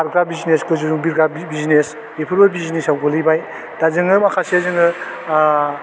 खारग्रा बिजनेस गोजौजों बिरग्रा बिजनेस बेफोरबो बिजनेसाव गोलैबाय दा जोंङो माखासे जोङो ओह